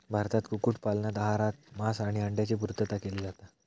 भारतात कुक्कुट पालनातना आहारात मांस आणि अंड्यांची पुर्तता केली जाता